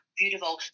beautiful